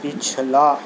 پِچھلا